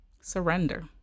surrender